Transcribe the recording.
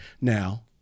Now